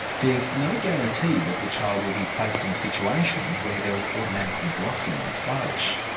there's no guarantee that the child will be placed in a situation where they'll automatically blossom and flourish.